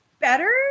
better